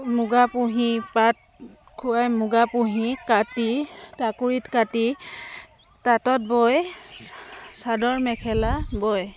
মুগা পুহি পাত খুৱাই মুগা পুহি কাটি টাকুৰিত কাটি তাঁতত বৈ চাদৰ মেখেলা বয়